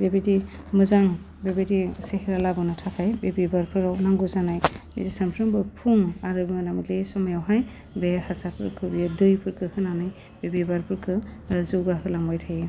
बेबायदि मोजां बेबायदि सेहेरा लाबोनो थाखाय बे बिबारफोराव नांगौ जानाय जि सामफ्रामबो फुं आरो मोनाबिलि समायावहाय बे हासारफोरखौ बियो दैफोरखौ होनानै बे बिबारफोरखो जौगाहोलांबाय थायो